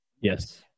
Yes